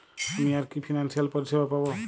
আমি আর কি কি ফিনান্সসিয়াল পরিষেবা পাব?